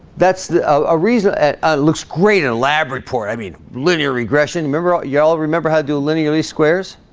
that's a reason that looks great an elaborate port i mean linear regression remember ah y'all remember how to do linear least-squares